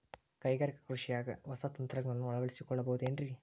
ಕೈಗಾರಿಕಾ ಕೃಷಿಯಾಗ ಹೊಸ ತಂತ್ರಜ್ಞಾನವನ್ನ ಅಳವಡಿಸಿಕೊಳ್ಳಬಹುದೇನ್ರೇ?